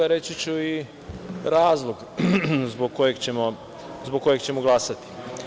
Reći ću i razlog zbog kojeg ćemo glasati.